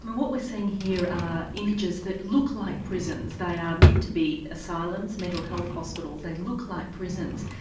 what we're seeing here are images that look like prisons, they are meant to be asylums, mental health hospitals, they look like prisons.